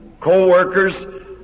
co-workers